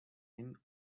him